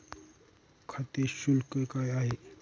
खाते शुल्क काय आहे?